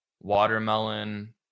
watermelon